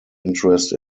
interest